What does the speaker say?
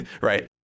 right